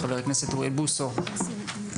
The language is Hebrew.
חבר הכנסת אוריאל בוסו על